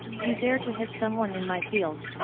you dare to hit someone in my field?